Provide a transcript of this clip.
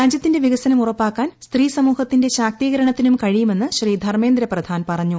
രാജ്യത്തിന്റെ വികസനം ഉറപ്പാക്കാൻ സ്ത്രീ സമൂഹത്തിന്റെ ശാക്തീകരണത്തിനും കുഴിയുമെന്ന് ശ്രീ ധർമ്മേന്ദ്രപ്രധാൻ പറഞ്ഞു